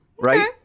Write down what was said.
Right